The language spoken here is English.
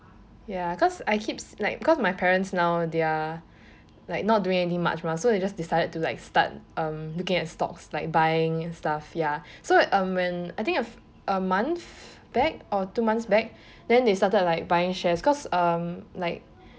ya cause I keep s~ like because my parents now they are like not doing any much mah so they just decided to like start um looking at stocks like buying stuff ya so um when I think I've a month back or two months back then they started like buying shares because um like